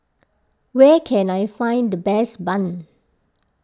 where can I find the best Bun